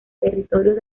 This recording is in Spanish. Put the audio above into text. territorios